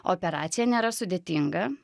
operacija nėra sudėtinga